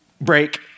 Break